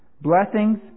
blessings